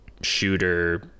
shooter